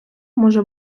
може